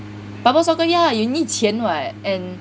bubble soccer ya you need 钱 [what] and